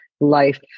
life